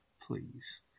please